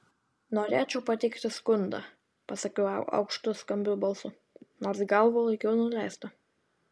norėčiau pateikti skundą pasakiau aukštu skambiu balsu nors galvą laikiau nuleistą